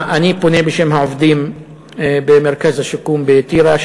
אני פונה אליך בשם העובדים במרכז השיקום בטירה,